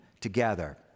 together